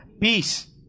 peace